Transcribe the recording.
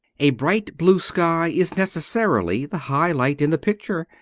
a bright blue sky is necessarily the high light in the picture,